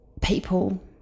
people